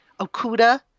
Okuda